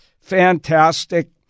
fantastic